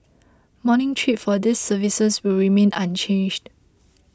morning trips for these services will remain unchanged